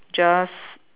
just